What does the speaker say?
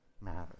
matters